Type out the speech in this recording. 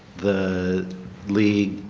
the league,